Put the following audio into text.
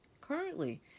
Currently